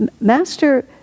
Master